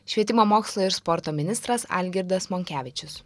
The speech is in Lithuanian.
švietimo mokslo ir sporto ministras algirdas monkevičius